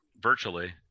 virtually